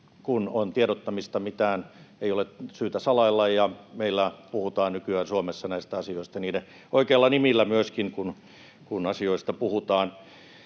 kun on tiedottamista. Mitään ei ole syytä salailla, ja meillä puhutaan nykyään Suomessa näistä asioista myöskin niiden oikeilla nimillä, kun asioista puhutaan.